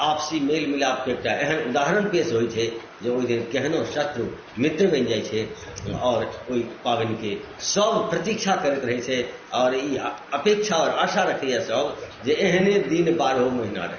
आपसी मेल मिलापके एकटा एहन उदाहरण पेश होइत छै जे ओहि दिन केहनो शत्रु मित्र बनि जाइत छै आओर ओहि पाबनिके सभ प्रतीक्षा करैत रहैत छै आओर ई अपेक्षा आओर आशा रखैया सभ जे एहने दिन बारहोँ महीना रहै